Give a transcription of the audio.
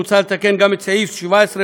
מוצע לתקן גם את סעיף 17ב(ג)